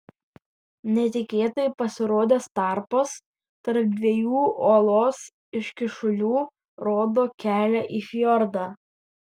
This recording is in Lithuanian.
netikėtai pasirodęs tarpas tarp dviejų uolos iškyšulių rodo kelią į fjordą